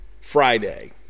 friday